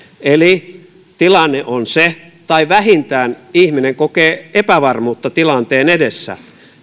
eli tilanne on se tai vähintään ihminen kokee epävarmuutta sen tilanteen edessä